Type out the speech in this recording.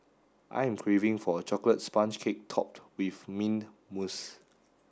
I am craving for a chocolate sponge cake topped with mint mousse